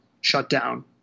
shutdown